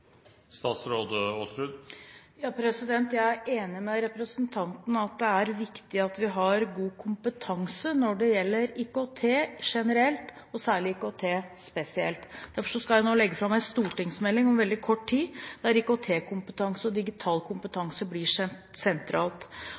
Jeg er enig med representanten i at det er viktig at vi har god kompetanse når det gjelder IKT generelt, og særlig IKT-sikkerhet. Derfor skal jeg nå legge fram en stortingsmelding om veldig kort tid der IKT-kompetanse og digital kompetanse blir sentralt.